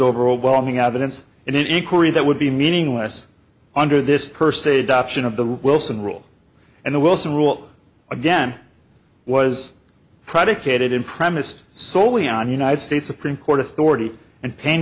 overwhelming out that it's an inquiry that would be meaningless under this per se adoption of the wilson rule and the wilson rule again was predicated in premised solely on united states supreme court authority and